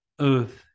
Earth